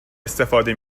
استفاده